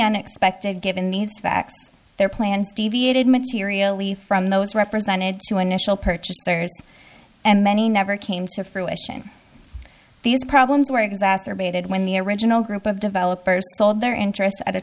unexpected given these facts their plans deviated materially from those represented to initial purchasers and many never came to fruition these problems were exacerbated when the original group of developers sold their interest at a